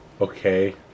Okay